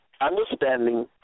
understanding